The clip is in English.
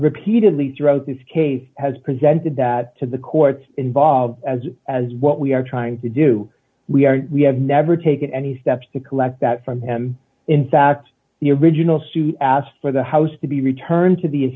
repeatedly throughout this case has presented that to the courts involved as as what we are trying to do we are we have never taken any steps to collect that from him in fact the original suit asked for the house to be returned to the